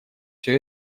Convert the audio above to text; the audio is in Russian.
все